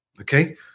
Okay